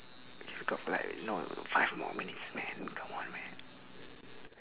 K we got like know five more minutes man come on man